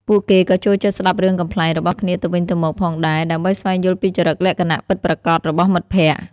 ពួកគេក៏ចូលចិត្តស្តាប់រឿងកំប្លែងរបស់គ្នាទៅវិញទៅមកផងដែរ ដើម្បីស្វែងយល់ពីចរិតលក្ខណៈពិតប្រាកដរបស់មិត្តភក្តិ។